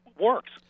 works